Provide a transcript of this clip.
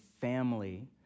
family